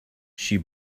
she